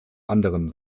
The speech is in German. anderen